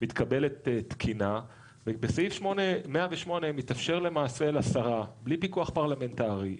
מתקבלת תקינה ובסעיף 108 מתאפשר למעשה לשרה בלי פיקוח פרלמנטרי,